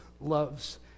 loves